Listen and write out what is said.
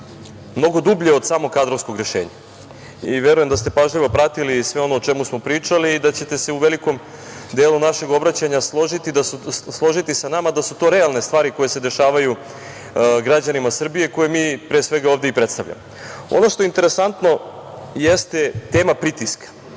mnogo dublje od samog kadrovskog rešenja. Verujem da ste pažljivo pratili sve ono o čemu smo pričali i da ćete se u velikom delu našeg obraćanja složiti se sa nama da su to realne stvari koje se dešavaju građanima Srbije, koje mi, pre svega, ovde i predstavljamo. Ono što je interesantno jeste tema pritiska,